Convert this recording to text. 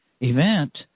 event